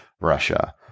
Russia